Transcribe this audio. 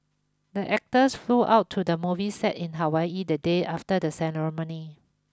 the actors flew out to the movie set in Hawaii the day after the ceremony